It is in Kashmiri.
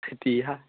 ہے تی ہا